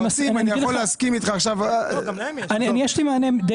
אני מסכים אבל יש לי מענה.